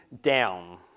down